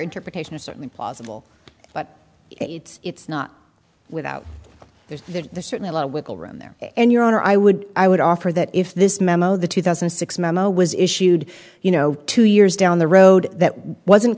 interpretation is certainly possible but it's it's not without there's certainly a lot of wiggle room there and your honor i would i would offer that if this memo the two thousand and six memo was issued you know two years down the road that wasn't